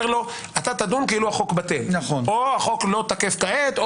אומר לו: אתה תדון כאילו החוק בטל או לא תקף כעת,